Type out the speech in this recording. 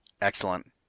Excellent